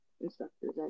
instructors